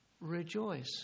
Rejoice